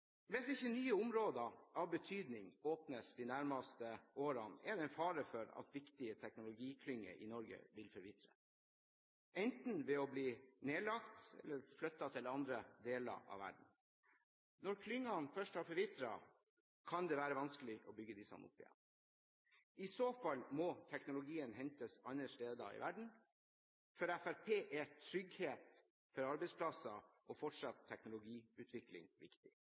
Hvis ikke nye områder av betydning åpnes de nærmeste årene, er det en fare for at viktige teknologiklynger i Norge vil forvitre, enten ved å bli nedlagt eller ved å bli flyttet til andre deler av verden. Når klyngene først har forvitret, kan det være vanskelig å bygge disse opp igjen. I så fall må teknologien hentes fra andre steder i verden. For Fremskrittspartiet er trygghet for arbeidsplasser og fortsatt teknologiutvikling viktig.